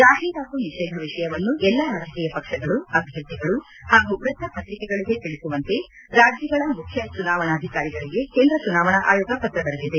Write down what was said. ಜಾಹೀರಾತು ನಿಷೇಧ ವಿಷಯವನ್ನು ಎಲ್ಲಾ ರಾಜಕೀಯ ಪಕ್ಷಗಳು ಅಭ್ಯರ್ಥಿಗಳು ಹಾಗೂ ವೃತ್ತ ಪತ್ರಿಕೆಗಳಿಗೆ ತಿಳಿಸುವಂತೆ ರಾಜ್ಯಗಳ ಮುಖ್ಯ ಚುನಾವಣಾಧಿಕಾರಿಗೆ ಕೇಂದ್ರ ಚುನಾವಣಾ ಆಯೋಗ ಪತ್ರ ಬರೆದಿದೆ